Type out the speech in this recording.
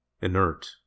Inert